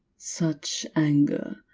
such anger,